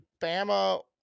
Bama